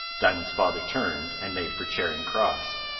diamond's father turned, and made for charing cross.